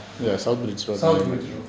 yes south bridge road